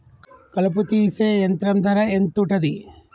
కలుపు తీసే యంత్రం ధర ఎంతుటది?